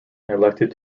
elected